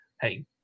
hey